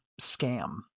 scam